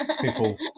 people